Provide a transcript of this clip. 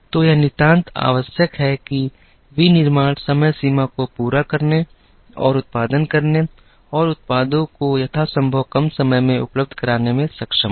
तो यह नितांत आवश्यक है कि विनिर्माण समय सीमा को पूरा करने और उत्पादन करने और उत्पादों को यथासंभव कम समय में उपलब्ध कराने में सक्षम हो